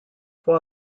for